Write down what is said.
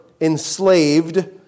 enslaved